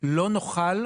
לא נוכל,